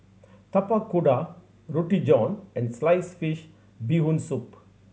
Tapak Kuda Roti John and sliced fish Bee Hoon Soup